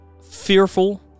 fearful